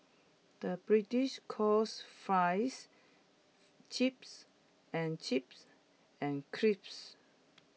the British calls Fries Chips and chips and crisps